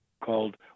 called